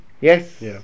Yes